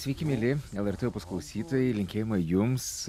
sveiki mieli lrt opus klausytojai linkėjimai jums